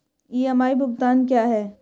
EMI भुगतान क्या है?